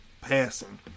passing